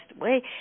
away